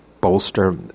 bolster